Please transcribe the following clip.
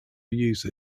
use